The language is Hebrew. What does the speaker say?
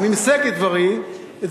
ואני מסייג את דברי,